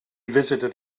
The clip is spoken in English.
visited